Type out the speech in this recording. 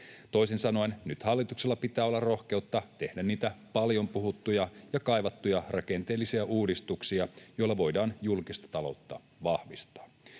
Toisin sanoen nyt hallituksella pitää olla rohkeutta tehdä niitä paljon puhuttuja ja kaivattuja rakenteellisia uudistuksia, joilla voidaan julkista taloutta vahvistaa.